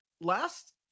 last